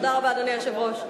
תודה רבה, אדוני היושב-ראש.